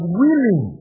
willing